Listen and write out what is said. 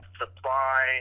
supply